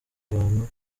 bantu